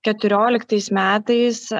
keturioliktais metais